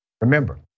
Remember